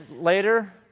later